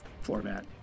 format